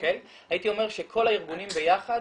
הייתי אומר שכל הארגונים ביחד,